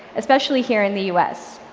especially here in the us.